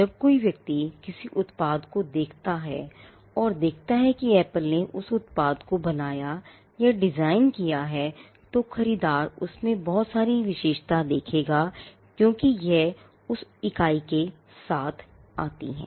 जब कोई व्यक्ति किसी उत्पाद को देखता है और देखता है कि Apple ने उस उत्पाद को बनाया या डिज़ाइन किया है तो खरीददार उसमें बहुत सारी चीजों को विशेषता देगा क्योंकि यह उस ईकाई के साथ आती हैं